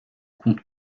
contes